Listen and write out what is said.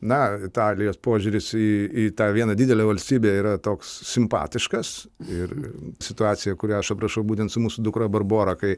na italijos požiūris į į tą vieną didelę valstybę yra toks simpatiškas ir situacija kurią aš aprašau būtent su mūsų dukra barbora kai